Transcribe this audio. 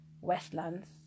westlands